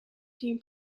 team